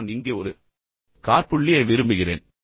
பின்னர் நான் இங்கே ஒரு காற்புள்ளியை விரும்புகிறேன்